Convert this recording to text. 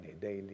daily